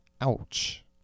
ouch